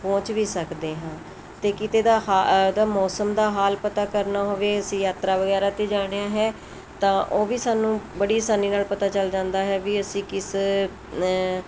ਪਹੁੰਚ ਵੀ ਸਕਦੇ ਹਾਂ ਤੇ ਕਿਤੇ ਦਾ ਹਾ ਉਹਦਾ ਮੌਸਮ ਦਾ ਹਾਲ ਪਤਾ ਕਰਨਾ ਹੋਵੇ ਅਸੀਂ ਯਾਤਰਾ ਵਗੈਰਾ 'ਤੇ ਜਾਣਾ ਹੈ ਤਾਂ ਉਹ ਵੀ ਸਾਨੂੰ ਬੜੀ ਆਸਾਨੀ ਨਾਲ ਪਤਾ ਚੱਲ ਜਾਂਦਾ ਹੈ ਵੀ ਅਸੀਂ ਕਿਸ